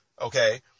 okay